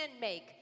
make